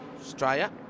Australia